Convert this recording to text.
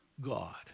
God